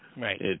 Right